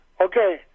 Okay